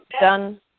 done